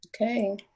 Okay